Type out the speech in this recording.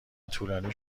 طولانی